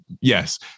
yes